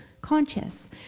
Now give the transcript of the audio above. conscious